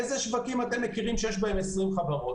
איזה שווקים אתם מכירים שיש בהם 20 חברות?